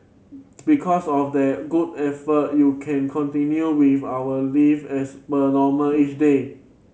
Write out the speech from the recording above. because of their good effort you can continue with our live as per normal each day